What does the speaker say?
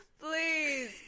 please